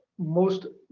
most